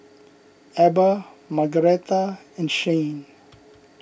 Eber Margaretta and Shayne